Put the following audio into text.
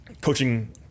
Coaching